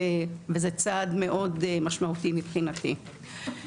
זה צעד מאוד משמעותי מבחינתי.